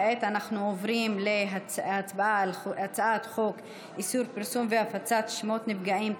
כעת אנחנו עוברים להצבעה על הצעת חוק איסור פרסום והפצת שמות נפגעים,